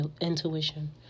intuition